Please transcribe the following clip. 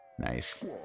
Nice